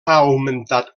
augmentat